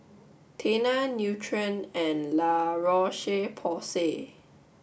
Tena Nutren and La Roche Porsay